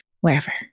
wherever